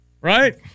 Right